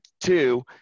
two